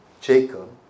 Jacob